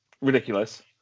ridiculous